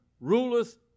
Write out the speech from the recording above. ruleth